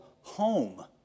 home